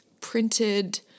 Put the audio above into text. printed